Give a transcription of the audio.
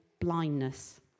blindness